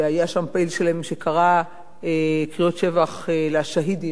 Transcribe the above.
שהיה שם פעיל שלהם שקרא קריאות שבח לשהידים,